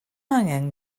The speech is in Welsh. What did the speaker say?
angen